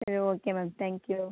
சரி okay ma'am thank you